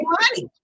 money